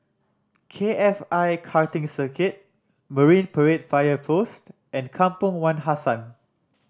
K F I Karting Circuit Marine Parade Fire Post and Kampong Wak Hassan